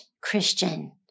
Christian